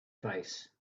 face